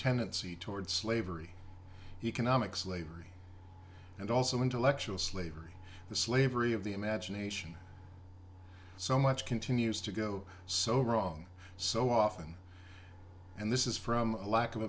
tendency toward slavery economic slavery and also intellectual slavery the slavery of the imagination so much continues to go so wrong so often and this is from a lack of